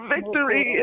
Victory